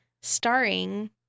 starring